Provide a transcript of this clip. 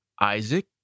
Isaac